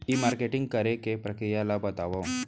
ई marketing करे के प्रक्रिया ला बतावव?